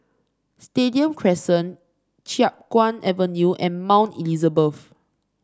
Stadium Crescent Chiap Guan Avenue and Mount Elizabeth